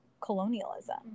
colonialism